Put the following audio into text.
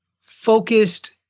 focused